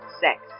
sex